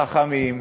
חכמים,